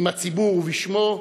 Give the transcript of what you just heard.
עם הציבור ובשמו,